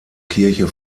kirche